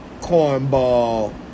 cornball